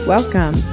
Welcome